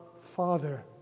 Father